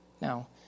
Now